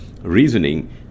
reasoning